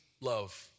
love